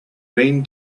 been